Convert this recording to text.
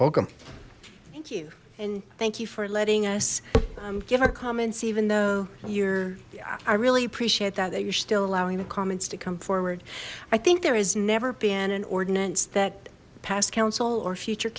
welcome thank you and thank you for letting us give our comments even though your i really appreciate that that you're still allowing the comments to come forward i think there has never been an ordinance that passed council or future